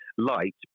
Light